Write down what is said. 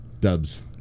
Dubs